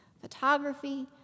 Photography